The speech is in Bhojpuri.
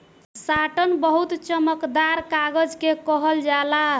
साटन बहुत चमकदार कागज के कहल जाला